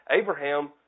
Abraham